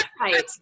Right